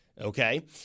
okay